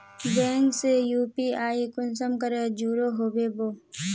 Bank से UPI कुंसम करे जुड़ो होबे बो?